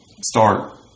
start